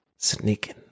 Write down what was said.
Sneaking